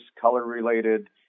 color-related